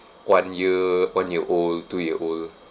one year one-year-old two-year-old